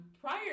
Prior